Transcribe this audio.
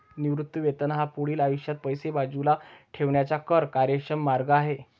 निवृत्ती वेतन हा पुढील आयुष्यात पैसे बाजूला ठेवण्याचा कर कार्यक्षम मार्ग आहे